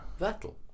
Vettel